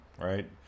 right